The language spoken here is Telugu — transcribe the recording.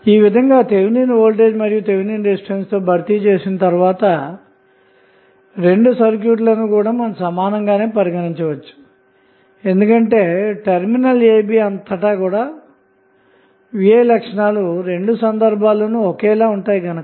ఈ విధంగా థెవినిన్ వోల్టేజ్ మరియు థెవినిన్ రెసిస్టెన్స్తో భర్తీ చేసిన తరువాత రెండు సర్క్యూట్ ల ను సమానంగానే పరిగణించవచ్చు ఎందుకంటె టెర్మినల్ a b అంతటా V I లక్షణాలు రెండు సందర్భాల్లోనూ ఒకేలా ఉంటాయి కనుక